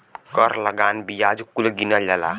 कर लगान बियाज कुल गिनल जाला